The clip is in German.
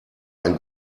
ein